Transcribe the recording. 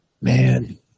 man